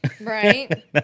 Right